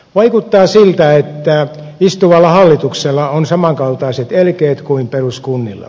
vaikuttaa siltä että istuvalla hallituksella on samankaltaiset elkeet kuin peruskunnilla